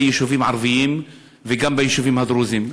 יישובים ערביים וגם ביישובים הדרוזיים.